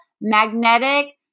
magnetic